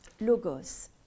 logos